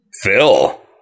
Phil